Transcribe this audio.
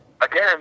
Again